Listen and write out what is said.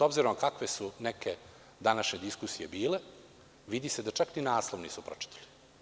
S obzirom kakve su neke današnje diskusije bile, vidi se da čak ni naslov niste pročitali.